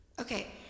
Okay